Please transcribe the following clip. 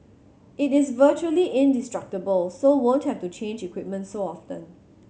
it is virtually indestructible so won't have to change equipment so often